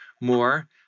more